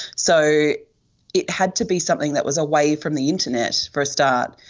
so it had to be something that was away from the internet, for a start,